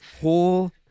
whole